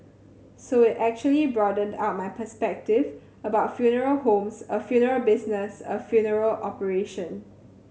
so it actually broadened out my perspective about funeral homes a funeral business a funeral operation